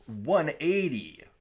180